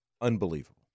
unbelievable